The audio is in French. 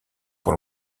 pour